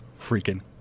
freaking